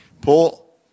Paul